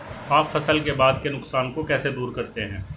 आप फसल के बाद के नुकसान को कैसे दूर करते हैं?